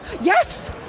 Yes